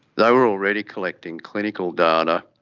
they were already collecting clinical data.